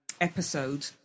episode